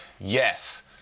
Yes